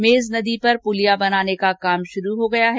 मेज नदी पर पुलिया बनाने का काम शुरू हो गया है